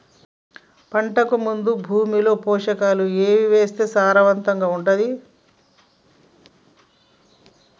పంటకు ముందు భూమిలో పోషకాలు ఏవి వేస్తే సారవంతంగా ఉంటది?